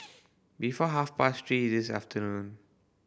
before half past three this afternoon